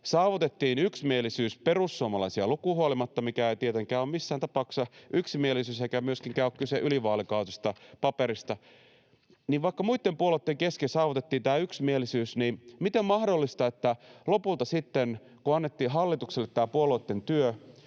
saavutettiin yksimielisyys perussuomalaisia lukuun ottamatta — mikä ei tietenkään ole missään tapauksessa yksimielisyys, eikä myöskään ole kyse ylivaalikautisesta paperista — miten voi olla mahdollista, että lopulta sitten kun annettiin hallitukselle tämä puolueitten työ,